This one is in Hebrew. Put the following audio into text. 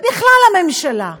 ובכלל הממשלה,